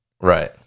Right